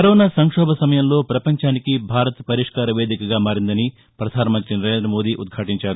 corona సంక్షోభ సమయంలో పపంచానికి భారత్ పరిష్కార వేదికగా మారిందని ప్రధానమంత్రి నరేందమోదీ ఉదాటించారు